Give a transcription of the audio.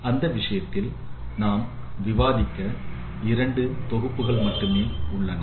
அந்த விஷயத்தில் நாம் விவாதித்த இரண்டு தொகுப்புகள் மட்டுமே உள்ளன